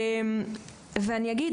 ואני אגיד,